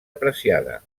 apreciada